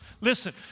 listen